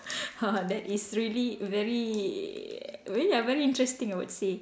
that is really very very ya very interesting I would say